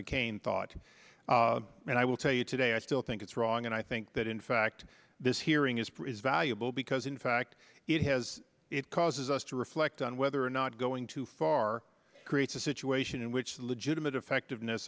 mccain thought and i will tell you today i still think it's wrong and i think that in fact this hearing is for is valuable because in fact it has it causes us to reflect on whether or not going too far creates a situation in which the legitimate effectiveness